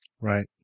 Right